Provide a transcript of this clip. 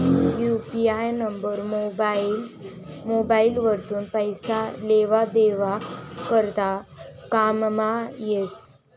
UPI number mobile वरथून पैसा लेवा देवा करता कामंमा येस